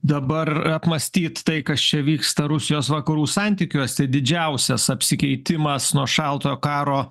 dabar apmąstyt tai kas čia vyksta rusijos vakarų santykiuose didžiausias apsikeitimas nuo šaltojo karo